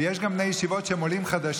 ויש גם בני ישיבות שהם עולים חדשים,